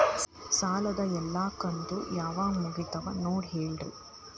ಸಾಲದ ಎಲ್ಲಾ ಕಂತು ಯಾವಾಗ ಮುಗಿತಾವ ನೋಡಿ ಹೇಳ್ರಿ